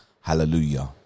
Hallelujah